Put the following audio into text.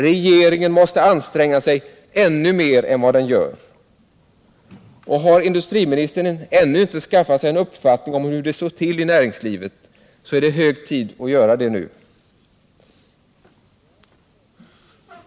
Regeringen måste anstränga sig ännu mer än vad den gör. Och har industriministern ännu inte skaffat sig en uppfattning om hur det står till i näringslivet, är det hög tid att göra det nu.